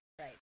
Right